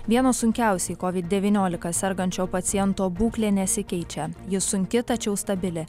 vienas sunkiausiai kovid devyniolika sergančio paciento būklė nesikeičia ji sunki tačiau stabili